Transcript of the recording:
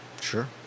Sure